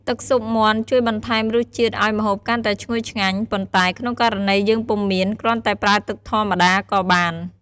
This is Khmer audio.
ទឹកស៊ុបមាន់ជួយបន្ថែមរសជាតិឱ្យម្ហូបកាន់តែឈ្ងុយឆ្ងាញ់ ប៉ុន្តែក្នុងករណីយើងពុំមាន គ្រាន់តែប្រើទឹកធម្មតាក៏បាន។